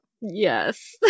Yes